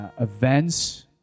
events